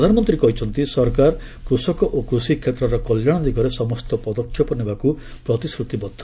ପ୍ରଧାନମନ୍ତ୍ରୀ କହିଛନ୍ତି ସରକାର କୃଷକ ଓ କୃଷିକ୍ଷେତ୍ରର କଲ୍ୟାଣ ଦିଗରେ ସମସ୍ତ ପଦକ୍ଷେପ ନେବାକୃ ପ୍ରତିଶ୍ରତିବଦ୍ଧ